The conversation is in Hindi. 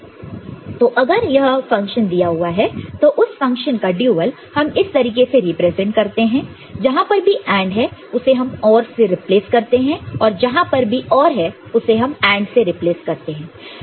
FABABAB FDABABABABAB FABFDAB तो अगर यह फंक्शन दिया हुआ है तो उस फंक्शन का ड्यूल हम इस तरीके से रिप्रेजेंट करते हैं जहां पर भी AND है उसे हम OR से रिप्लेस करते हैं और जहां पर भी OR है उसे हम AND से रिप्लेस करते हैं